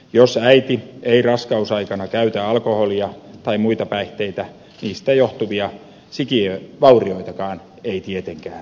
jos äiti ei raskausaikana käytä alkoholia tai muita päihteitä niistä johtuvia sikiövaurioitakaan ei tietenkään synny